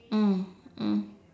mm mm